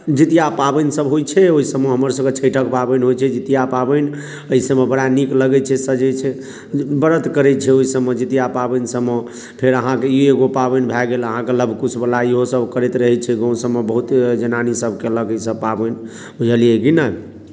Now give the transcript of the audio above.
जीतिया पाबनिसभ होइ छै ओहिसभमे हमरसभके छठिक पाबनि होइ छै जीतिया पाबनि एहिसभमे बड़ा नीक लगैत छै सजैत छै व्रत करैत छै ओहिसभमे जीतिया पाबनिसभमे फेर अहाँकेँ ई एगो पाबनि भए गेल अहाँके लवकुशवला इहोसभ करैत रहै छै गामसभमे बहुत जनानीसभ कयलक ईसभ पाबनि बुझलियै की नहि